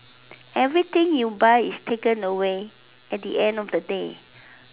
everything you buy is taken away at the end of the day